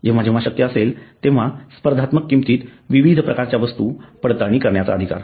जेव्हा जेव्हा शक्य असेल तेव्हा स्पर्धात्मक किमतीत विविध प्रकारच्या वस्तू पडताळणी करण्याचा हक्क